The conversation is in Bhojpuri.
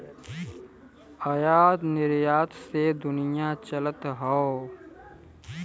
आयात निरयात से दुनिया चलत हौ